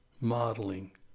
modeling